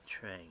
train